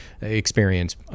experience